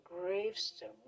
gravestone